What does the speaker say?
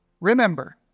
Remember